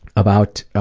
about